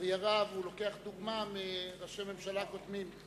לצערי הרב, הוא לוקח דוגמה מראשי ממשלה קודמים.